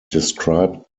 described